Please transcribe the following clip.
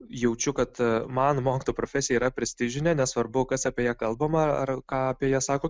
jaučiu kad man mokytojo profesija yra prestižinė nesvarbu kas apie ją kalbama ar ką apie ją sako